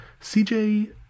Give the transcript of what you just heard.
CJ